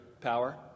power